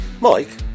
Mike